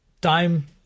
time